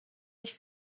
ich